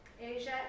Asia